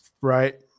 Right